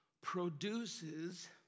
produces